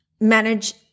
manage